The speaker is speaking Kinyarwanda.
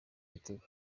igitego